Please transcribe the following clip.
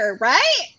right